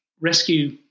rescue